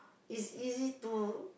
it's easy to